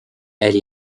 elle